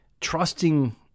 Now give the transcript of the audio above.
trusting